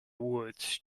woods